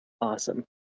Awesome